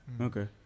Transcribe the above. okay